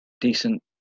decent